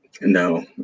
no